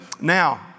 Now